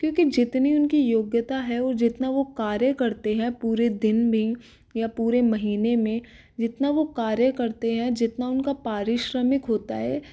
क्योंकि जितनी उनकी योग्यता है और जितना वो कार्य करते है पूरे दिन में या पूरे महीने में जितना वो कार्य करते है जितना उनका पारिश्रमिक होता है